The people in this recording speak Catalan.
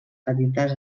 petites